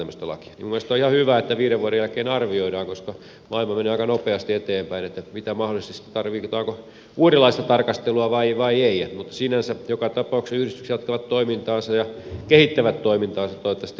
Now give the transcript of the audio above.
minun mielestäni on ihan hyvä että viiden vuoden jälkeen arvioidaan koska maailma menee aika nopeasti eteenpäin tarvitaanko mahdollisesti sitten uudenlaista tarkastelua vai ei mutta sinänsä joka tapauksessa yhdistykset jatkavat toimintaansa ja kehittävät toimintaansa toivottavasti mahdollisimman hyvin